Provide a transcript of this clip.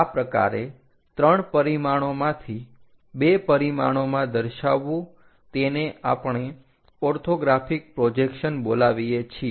આ પ્રકારે 3 પરિમાણોમાંથી 2 પરિમાણોમાં દર્શાવવું તેને આપણે ઓર્થોગ્રાફિક પ્રોજેક્શન બોલાવીએ છીએ